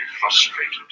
frustrated